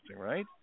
right